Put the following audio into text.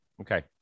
Okay